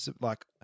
like-